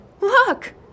look